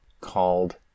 called